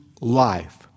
life